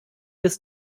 bis